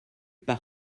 par